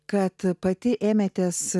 kad pati ėmėtės